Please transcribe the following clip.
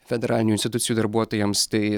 federalinių institucijų darbuotojams tai